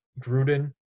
Gruden